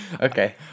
Okay